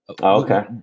Okay